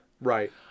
Right